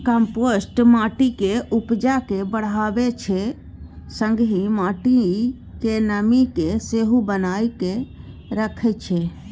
compost माटिक उपजा केँ बढ़ाबै छै संगहि माटिक नमी केँ सेहो बनाए कए राखै छै